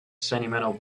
sentimental